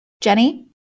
Jenny